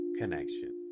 connection